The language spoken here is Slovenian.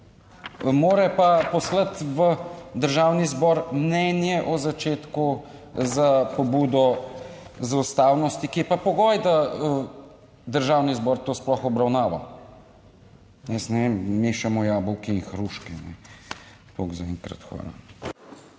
Mora pa poslati v Državni zbor mnenje o začetku s pobudo za ustavnost, ki je pa pogoj, da Državni zbor to sploh obravnava. Jaz ne vem. Mešamo jabolka in hruške. Toliko za enkrat. Hvala.